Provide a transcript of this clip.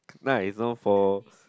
nah it's not for